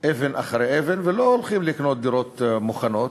אבן אחרי אבן ולא הולכים לקנות דירות מוכנות.